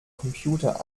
computer